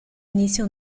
inicia